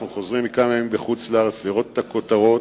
אנחנו חוזרים מכמה ימים בחוץ-לארץ וזו בושה גדולה לראות את הכותרות